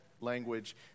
language